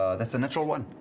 ah that's a natural one.